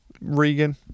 Regan